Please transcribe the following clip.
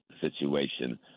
situation